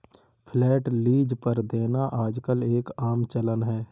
flat lease पर देना आजकल एक आम चलन है